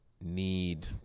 need